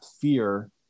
fear